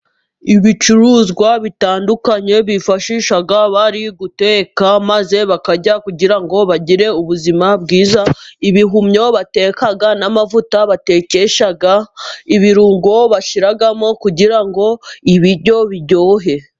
Ibicuruzwa bitandukanye bifashisha bari guteka maze bakarya kugira ngo bagire ubuzima bwiza, ibihumyo bateka n'amavuta batekesha, ibirungo bashyiramo kugira ngo ibiryo biryohe.